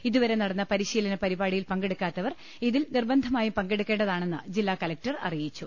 ഇതുവരെ നടന്ന പരിശീല നപരിപാടിയിൽ പങ്കെടുക്കാത്ത്വർ ഇതിൽ നിർബന്ധമായും പങ്കെ ടുക്കേണ്ടതാണെന്ന് ജില്ലാ കലക്ടർ അറിയിച്ചു